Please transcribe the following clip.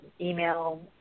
email